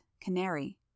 Canary